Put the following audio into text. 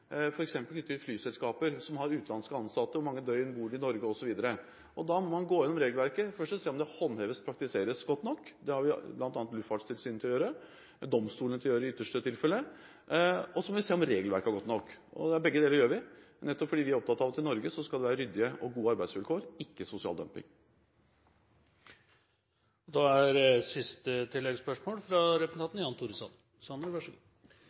flyselskaper som har utenlandske ansatte – hvor mange døgn de bor i Norge osv. Da må man gå gjennom regelverket, først for å se om det håndheves og praktiseres godt nok. Det har vi bl.a. Luftfartstilsynet til å gjøre, og domstolene i ytterste tilfelle. Så må vi se om regelverket er godt nok. Begge deler gjør vi nettopp fordi vi er opptatt av at i Norge skal det være ryddige og gode arbeidsvilkår, ikke sosial dumping. Jan Tore Sanner – til siste